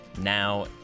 Now